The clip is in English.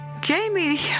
Jamie